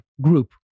group